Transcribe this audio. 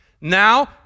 Now